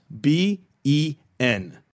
B-E-N